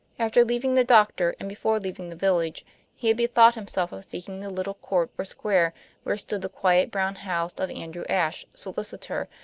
after leaving the doctor and before leaving the village he had bethought himself of seeking the little court or square where stood the quiet brown house of andrew ashe, solicitor,